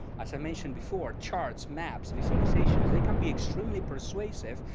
as i mentioned before charts, maps, visualizations, they can be extremely persuasive,